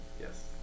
yes